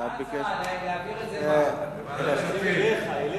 ועדת הכספים.